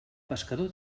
pescador